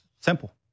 simple